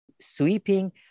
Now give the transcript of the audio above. sweeping